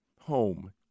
Home